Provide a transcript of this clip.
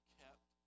kept